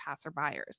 passerbyers